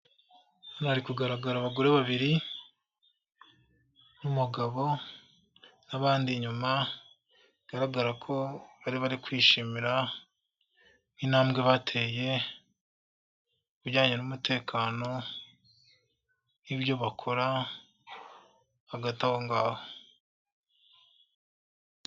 Hano hari kugaragara abagore babiri n'umugabo n'abandi nyuma, bigaragara ko bari bari kwishimira intambwe bateye ku bijyanye n'umutekano n'ibyo bakora hagati aho ngaho.